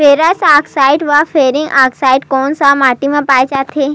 Ferrous oxide व ferric oxide कोन सा माटी म पाय जाथे?